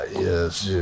yes